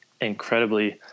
incredibly